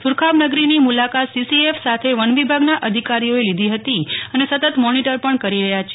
સુરખાબનગરીની મુલાકાત સીસીએફ સાથે વનવિભાગના અધિકારીઓએ લીધી હતી અને સતત મોનિટર પણ કરી રહ્યા છે